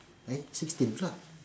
eh sixteen !huh!